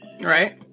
right